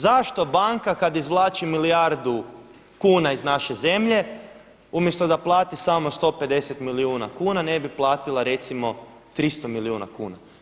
Zašto banka kada izvlači milijardu kuna iz naše zemlje umjesto da plati samo 150 milijuna kuna ne bi platila recimo 300 milijuna kuna?